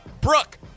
Brooke